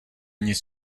nic